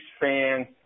fan